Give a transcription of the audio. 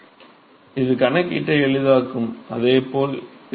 மாணவர் இது கணக்கீட்டை எளிதாக்கும் அதே போல் இருக்கும்